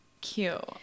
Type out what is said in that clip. cute